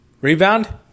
Rebound